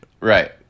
right